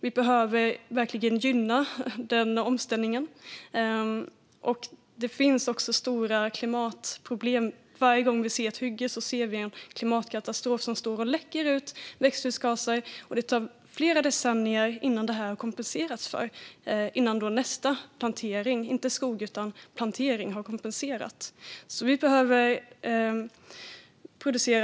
Vi behöver verkligen gynna den omställningen. Det finns också stora klimatproblem. Varje gång vi ser ett kalhygge ser vi en klimatkatastrof som står och läcker ut växthusgaser, och det tar flera decennier innan nästa plantering har kompenserat för detta.